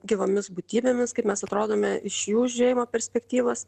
gyvomis būtybėmis kaip mes atrodome iš jų žiūrėjimo perspektyvos